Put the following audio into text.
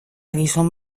gizon